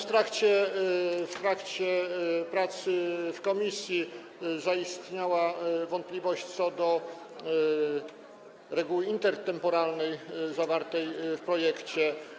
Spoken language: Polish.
W trakcie prac w komisji zaistniała wątpliwość co do reguły intertemporalnej zawartej w projekcie.